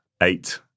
eight